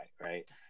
right